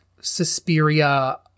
Suspiria